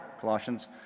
Colossians